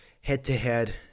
head-to-head